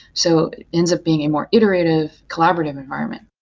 so it ends up being a more iterative, collaborative environment.